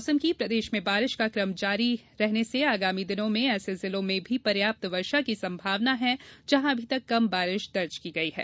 मौसम प्रदेश में बारिश का क्रम जारी रहने से आगामी दिनों में ऐसे जिलों में भी पर्याप्त वर्षा की संभावना हैं जहां अभी तक कम बारिश दर्ज की गयी है